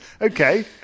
Okay